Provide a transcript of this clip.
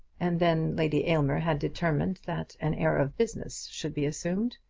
and then lady aylmer had determined that an air of business should be assumed.